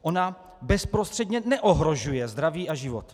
Ona bezprostředně neohrožuje zdraví a život.